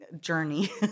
Journey